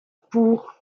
pour